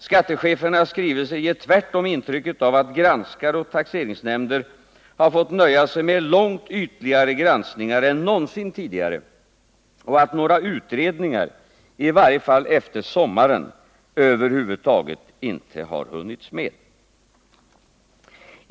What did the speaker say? Skattechefernas skrivelser ger tvärtom intrycket av att granskare och taxeringsnämnder fått nöja sig med långt ytligare granskningar än någonsin tidigare och att några utredningar, i varje fall efter sommaren, över huvud taget inte har hunnits med.